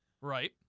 Right